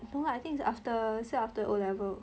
no lah I think it's after 是 after O level